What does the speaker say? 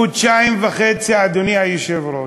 חודשיים וחצי, אדוני היושב-ראש,